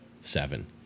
seven